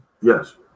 Yes